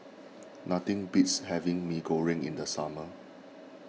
nothing beats having Mee Goreng in the summer